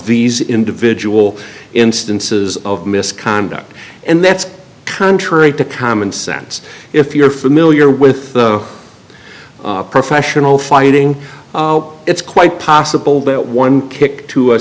these individual instances of misconduct and that's contrary to common sense if you're familiar with professional fighting it's quite possible that one